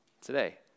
today